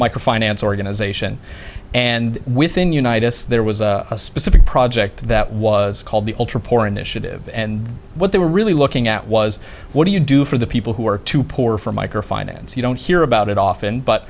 micro finance organization and within unitas there was a specific project that was called the ultra poor initiative and what they were really looking at was what do you do for the people who are too poor for micro finance you don't hear about it often but